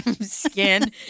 skin